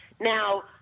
Now